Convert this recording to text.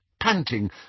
panting